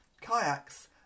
kayaks